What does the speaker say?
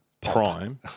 prime